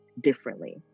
differently